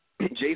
Jason